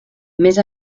més